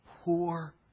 poor